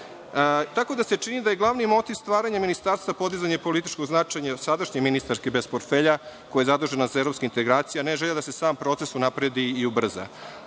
itd. Čini se da je glavni motiv stvaranja ministarstva podizanje političkog značaja sadašnje ministarke bez portfelja koja je zadužena za evropske integracije, a ne želja da se sam proces unapredi i ubrza,